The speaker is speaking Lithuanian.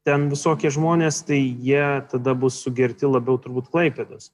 ten visokie žmonės tai jie tada bus sugerti labiau turbūt klaipėdos